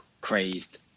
crazed